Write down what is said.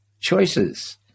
choices